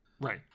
Right